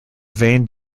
vane